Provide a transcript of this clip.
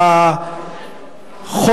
ודאי,